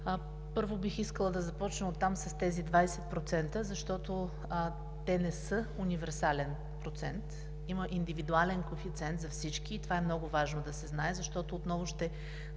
първо, бих искала да започна оттам с тези 20%, защото те не са универсален процент, има индивидуален коефициент за всички. Това е много важно да се знае, защото отново ще